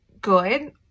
good